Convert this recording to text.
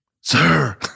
sir